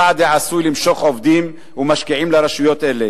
צעד העשוי למשוך עובדים ומשקיעים לרשויות אלה,